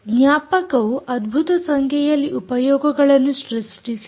ಜ್ಞಾಪಕವು ಅದ್ಭುತ ಸಂಖ್ಯೆಯಲ್ಲಿ ಉಪಯೋಗಗಳನ್ನು ಸೃಷ್ಟಿಸಿದೆ